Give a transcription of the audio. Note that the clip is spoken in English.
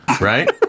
right